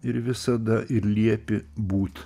ir visada ir liepi būt